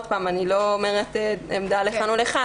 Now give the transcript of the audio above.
אני לא מביעה עמדה לכאן או לכאן,